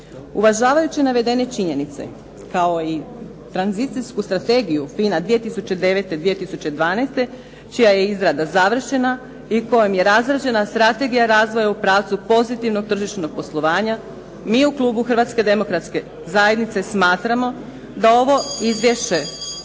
Uvažavajući navedene činjenice, kao i tranzicijsku strategiju FINA 2009.-2012. čija je izrada završena i kojom je razrađena strategija razvoja u pravcu pozitivnog tržišnog poslovanja, mi u klubu Hrvatske demokratske zajednice smatramo da ovo izvješće